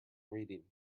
reading